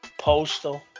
Postal